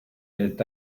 est